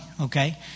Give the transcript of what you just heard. Okay